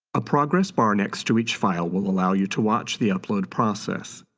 a progress bar next to each file will allow you to watch the upload process.